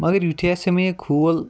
مگر یِتھُے ہَسا مےٚ یہِ کھوٗل